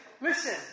listen